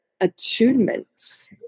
attunement